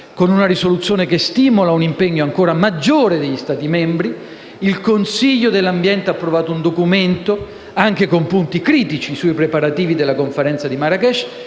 una risoluzione che stimola un impegno ancora maggiore degli Stati membri; il Consiglio dell'ambiente ha approvato un documento, anche con punti critici, sui preparativi della Conferenza di Marrakech